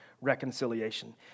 reconciliation